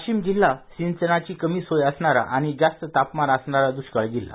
वाशिम जिल्हा सिंचनाची कमी सोय सणारा आणि जास्त तापमान सणारा द्ष्काळी जिल्हा